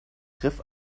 griff